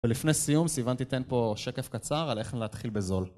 ולפני סיום סיוון תיתן פה שקף קצר על איך להתחיל בזול.